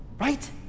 right